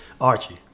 Archie